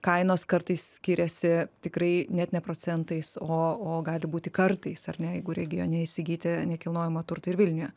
kainos kartais skiriasi tikrai net ne procentais o o gali būti kartais ar ne jeigu regione įsigyti nekilnojamą turtą ir vilniuje